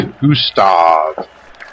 Gustav